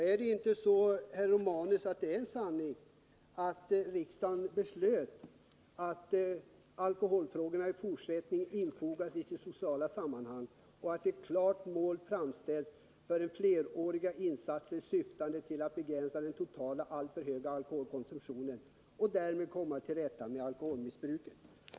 Är det inte, herr Romanus, en sanning att riksdagen beslöt att alkoholfrågorna i fortsättningen skulle infogas i sitt sociala sammanhang och ett klart mål fastställas för fleråriga insatser, syftande till att begränsa den totala, alltför höga alkoholkonsumtionen och därmed komma till rätta med alkoholmissbruket?